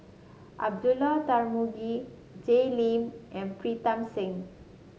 Abdullah Tarmugi Jay Lim and Pritam Singh